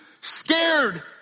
scared